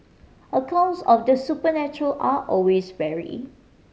accounts of the supernatural are always vary